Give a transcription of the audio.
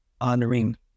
honoring